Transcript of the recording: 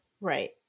Right